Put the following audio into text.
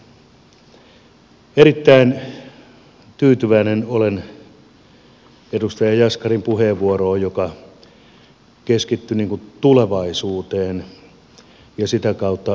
erittäin tyytyväinen olen edustaja jaskarin puheenvuoroon joka keskittyi tulevaisuuteen ja sitä kautta niihin mahdollisuuksiin